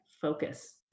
focus